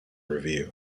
review